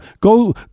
Go